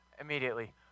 immediately